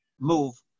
move